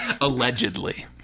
Allegedly